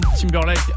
Timberlake